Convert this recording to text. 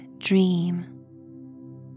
Dream